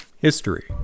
History